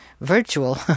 Virtual